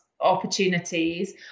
opportunities